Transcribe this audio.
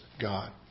God